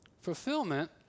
Fulfillment